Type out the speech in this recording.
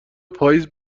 پاییزه